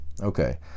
Okay